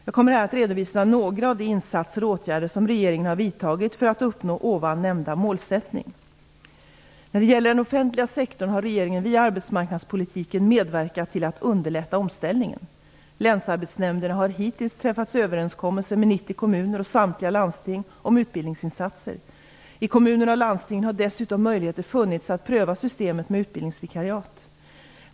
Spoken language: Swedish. Jag kommer här att redovisa några av de insatser och åtgärder som regeringen har vidtagit för att uppnå ovan nämnda målsättning. När det gäller den offentliga sektorn har regeringen via arbetsmarknadspolitiken medverkat till att underlätta omställningen. Länsarbetsnämnderna har hittills träffat överenskommelser med 90 kommuner och samtliga landsting om utbildningsinsatser. I kommuner och landsting har dessutom möjligheter funnits att pröva systemet med utbildningsvikariat.